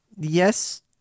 yes